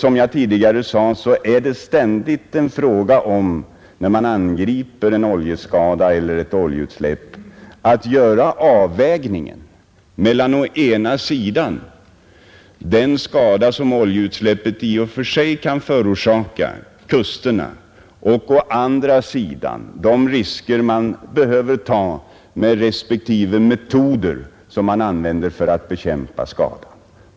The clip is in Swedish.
Som jag tidigare sade har man ständigt när man angriper oljeutsläpp att göra en avvägning mellan å ena sidan den skada som dessa i och för sig kan förorsaka längs kusterna och å andra sidan de risker som man löper vid användande av respektive metoder för förhindrande av skada.